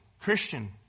Christian